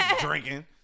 Drinking